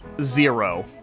zero